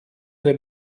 suoi